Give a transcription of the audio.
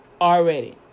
Already